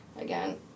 again